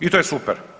I to je super.